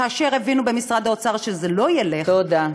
כאשר הבינו במשרד האוצר שזה לא ילך, תודה.